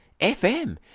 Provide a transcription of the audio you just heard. FM